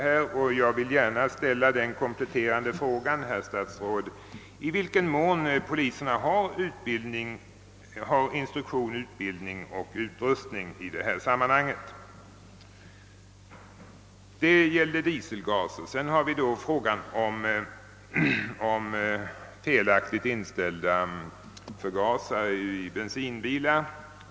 Jag vill därför gärna ställa den kompletterande frågan, herr statsråd, i vilken mån poliserna har instruktion, utbildning och utrustning i detta sammanhang. Jag kommer sedan till frågan om felaktigt inställda förgasare i bensinbilar.